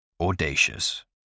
Audacious